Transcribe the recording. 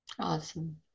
awesome